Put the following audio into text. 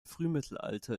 frühmittelalter